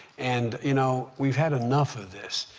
and, you know, we've had enough of this.